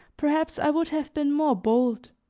perhaps i would have been more bold,